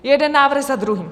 Jeden návrh za druhým.